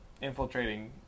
infiltrating